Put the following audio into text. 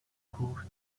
کوه